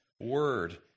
word